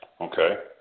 Okay